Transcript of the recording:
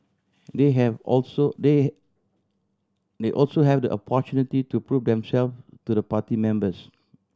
they have also they they also have the opportunity to prove themself to the party members